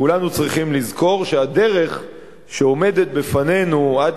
כולנו צריכים לזכור שהדרך שעומדת בפנינו עד